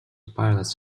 pilots